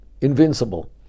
invincible